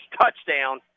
touchdown